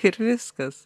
ir viskas